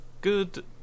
Good